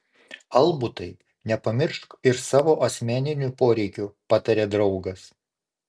albutai nepamiršk ir savo asmeninių poreikių patarė draugas